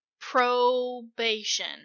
Probation